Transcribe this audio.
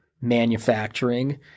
manufacturing